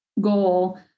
goal